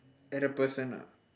at the person ah